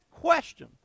question